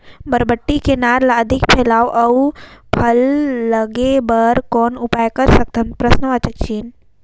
बरबट्टी के नार ल अधिक फैलाय अउ फल लागे बर कौन उपाय कर सकथव?